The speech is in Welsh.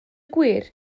gwir